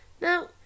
Now